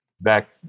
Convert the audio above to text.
back